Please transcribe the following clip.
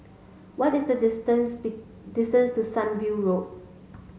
what is the distance distance to Sunview Road